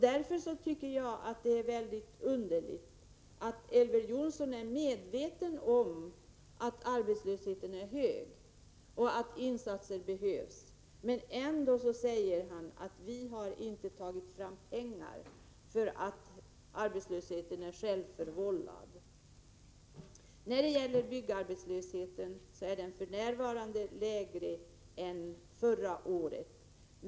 Elver Jonsson är alltså medveten om att arbetslösheten är hög och att insatser behövs, men ändå säger han att man inte tagit fram pengar, eftersom arbetslösheten är självförvållad. Byggarbetslösheten är f. n. lägre än förra året.